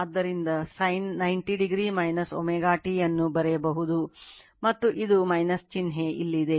ಆದ್ದರಿಂದ sin 90o ω t ಅನ್ನು ಬರೆಯಬಹುದು ಮತ್ತು ಇದು ಚಿಹ್ನೆ ಇಲ್ಲಿದೆ